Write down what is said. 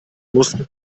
mussten